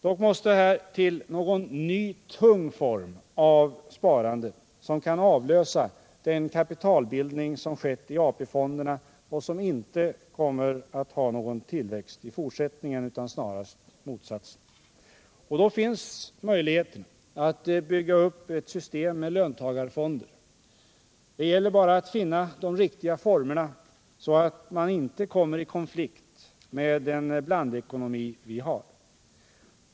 Dock måste här till någon ny tung form av sparande som kan avlösa den kapitalbildning som skett i AP-fonderna och som inte kommer att ha någon tillväxt i fortsättningen utan snarast motsatsen. Och då finns möjligheterna att bygga upp ett system med löntagarfonder. Det gäller bara att finna de riktiga formerna, så att man inte kommer i konflikt med den blandekonomi vi har.